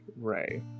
Ray